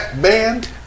band